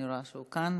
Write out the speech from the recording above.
אני רואה שהוא כאן.